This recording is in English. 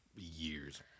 Years